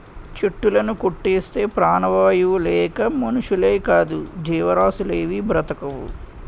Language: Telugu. చెట్టులుని కొట్టేస్తే ప్రాణవాయువు లేక మనుషులేకాదు జీవరాసులేవీ బ్రతకవు